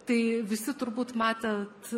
tai visi turbūt matėt